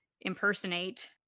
impersonate